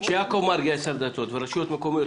כשיעקב מרגי היה שר הדתות ורשויות מקומיות